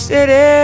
City